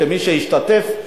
כמי שהשתתף,